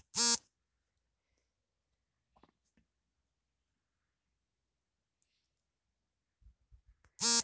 internal auditor, external auditor, government auditor, forensic auditor, ಅನ್ನು ವಿಧಗಳಿವೆ